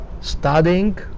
studying